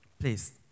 please